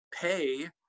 pay